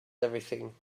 everything